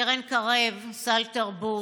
קרן קרב, סל תרבות,